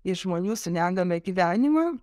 į žmonių su negame gyvenimą